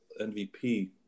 MVP